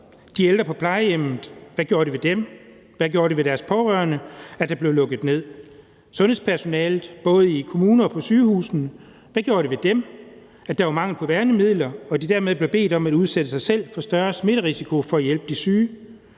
de ældre på plejehjemmet? Hvad gjorde det ved deres pårørende, at der blev lukket ned? Hvad gjorde det ved sundhedspersonalet, både i kommunerne og på sygehusene, at der var mangel på værnemidler, og at de dermed blev bedt om at udsætte sig selv for større smitterisiko for at hjælpe de syge?